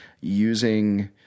using